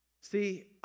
See